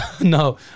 No